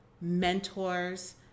mentors